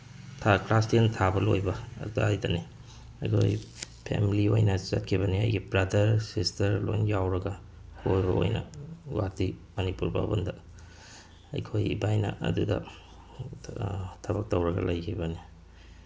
class ten ꯊꯥꯕ ꯂꯣꯏꯕ ꯑꯗꯨꯋꯥꯏꯗꯅꯤ ꯑꯩꯈꯣꯏ ꯐꯦꯃꯤꯂꯤ ꯑꯣꯏꯅ ꯆꯠꯈꯤꯕꯅꯤ ꯑꯩꯒꯤ ꯕ꯭ꯔꯗꯔ ꯁꯤꯁꯇꯔ ꯂꯣꯏꯅ ꯌꯥꯎꯔꯒ ꯀꯣꯏꯕ ꯑꯣꯏꯅ ꯒꯨꯍꯥꯇꯤ ꯃꯅꯤꯄꯨꯔ ꯚꯥꯕꯟꯗ ꯑꯩꯈꯣꯏ ꯏꯕꯥꯏꯅ ꯑꯗꯨꯗ ꯊꯕꯛ ꯇꯧꯔꯒ ꯂꯩꯈꯤꯕꯅꯦ